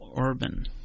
urban